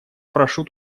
прошу